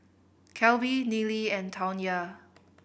Kelby Nealy and Tawnya